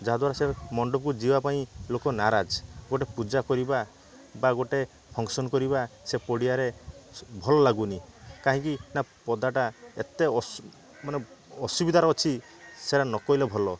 ଯାହାଦ୍ଵାରା ସେ ମଣ୍ଡପକୁ ଯିବାପାଇଁ ଲୋକ ନାରାଜ ଗୋଟେ ପୂଜା କରିବା ବା ଗୋଟେ ଫଙ୍କ୍ସନ୍ କରିବା ସେ ପଡ଼ିଆରେ ସ ଭଲ ଲାଗୁନି କାହିଁକି ନା ପଦାଟା ଏତେ ମାନେ ଆସୁବିଧାରେ ଅଛି ସେଟା ନ କହିଲେ ଭଲ